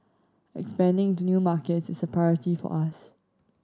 expanding into new markets is a priority for us